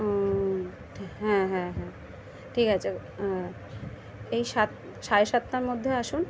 ও ঠি হ্যাঁ হ্যাঁ হ্যাঁ ঠিক আছে এই সাত সাড়ে সাতটার মধ্যে আসুন